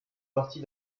partie